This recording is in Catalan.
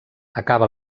acaba